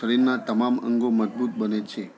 શરીરના તમામ અંગો મજબૂત બને છે